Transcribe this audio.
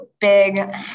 Big